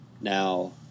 Now